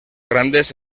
grandes